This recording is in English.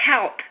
help